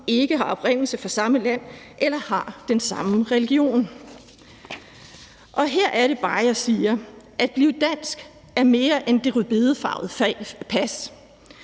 ikke har oprindelse fra samme land eller har den samme religion. Her er det bare, jeg siger: At blive dansk er mere end det rødbedefarvede pas.